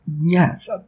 Yes